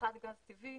לצריכת גז טבעי,